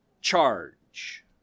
charge